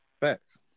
Facts